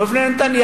לא בפני נתניהו,